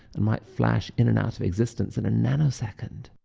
and might flash in and out of existence in a nanosecond.